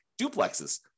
duplexes